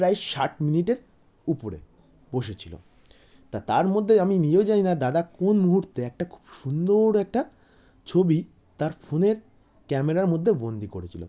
প্রায়ই ষাট মিনিটের উপরে বসেছিল তা তার মধ্যে আমি নিজেও জানি না দাদা কোন মুহূর্তে একটা খুব সুন্দর একটা ছবি তার ফোনের ক্যামেরার মধ্যে বন্দি করেছিল